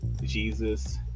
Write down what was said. Jesus